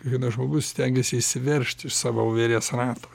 kiekvienas žmogus stengiasi išsiveržt iš savo voverės rato